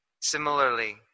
Similarly